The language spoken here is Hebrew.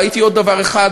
ראיתי עוד דבר אחד